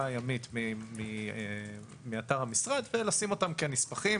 הימית מאתר המשרד ולשים אותם כנספחים